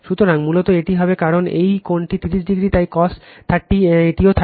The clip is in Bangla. সুতরাং মূলত এটি হবে কারণ এই কোণটি 30 o তাই cos 30 এবং এটিও 30o